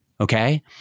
okay